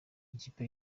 ikipe